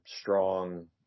strong